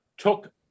took